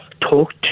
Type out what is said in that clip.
talk